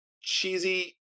cheesy